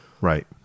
right